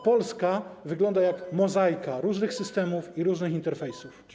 Polska wygląda jak mozaika różnych systemów i różnych interfejsów.